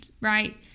right